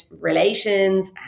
relations